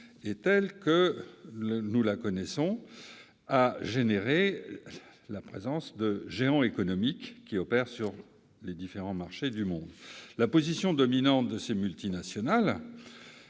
telle que nous la connaissons aujourd'hui a engendré des géants économiques qui opèrent sur les différents marchés du monde. La position dominante de ces multinationales